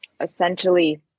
essentially